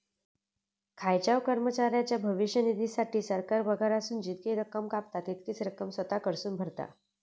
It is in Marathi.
खायच्याव कर्मचाऱ्याच्या भविष्य निधीसाठी, सरकार पगारातसून जितकी रक्कम कापता, तितकीच रक्कम स्वतः कडसून भरता